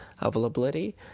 availability